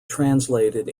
translated